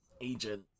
agent